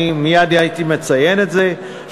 נכון,